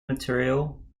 material